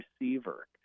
receiver